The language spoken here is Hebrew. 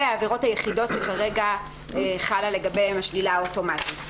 התשל"ז-1977," אלה העבירות היחידות שכרגע חלה לגביהן השלילה האוטומטית.